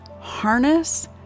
harness